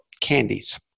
candies